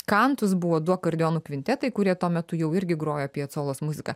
kantus buvo du akordeonų kvintetai kurie tuo metu jau irgi grojo piacolos muziką